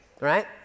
right